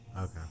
okay